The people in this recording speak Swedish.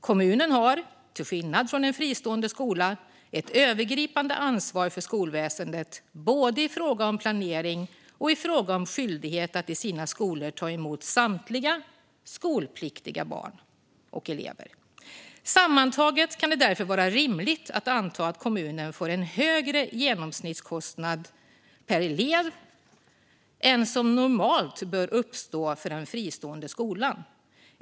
- Kommunen har - till skillnad från en fristående skola - ett övergripande ansvar för skolväsendet, både i fråga om planering och i fråga om skyldigheten att i sina skolor ta emot samtliga skolpliktiga elever. - Sammantaget kan det därför vara rimligt att anta att kommunen får en högre genomsnittskostnad per elev än som normalt bör uppstå för den fristående skolan.